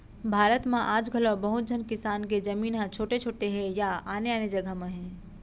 भारत म आज घलौ बहुत झन किसान के जमीन ह छोट छोट हे या आने आने जघा म हे